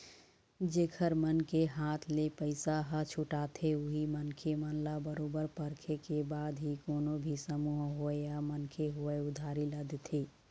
जेखर मन के हाथ ले पइसा ह छूटाथे उही मनखे मन ल बरोबर परखे के बाद ही कोनो भी समूह होवय या मनखे होवय उधारी ल देथे